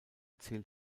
zählt